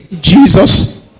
Jesus